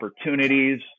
opportunities